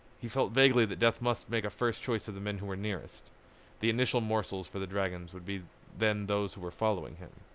he felt vaguely that death must make a first choice of the men who were nearest the initial morsels for the dragons would be then those who were following him.